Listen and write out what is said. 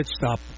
stop